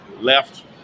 left